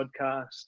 podcast